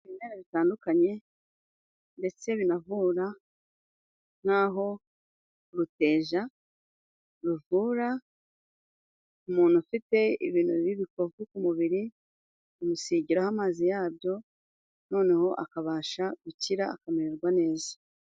Ibimera bitandukanye ndetse binavura. Na ho uruteja ruvura umuntu ufite ibintu by'ibikovu ku mubiri. Amusigiraho amazi yabyo noneho akabasha gukira akamererwa neza